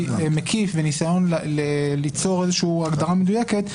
מקיף וניסיון ליצור איזושהי הגדרה מדויקת,